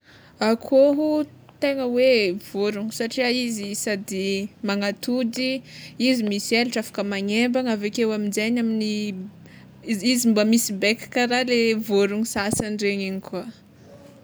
Akoho tegna hoe vorogno satria izy sady magnatody, izy misy elatra afaka magnembagna aveke aminjegny amin'ny izy izy mba misy bec kara le vorogno sasany regny igny koa.